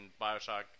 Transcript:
bioshock